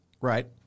Right